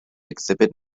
exhibit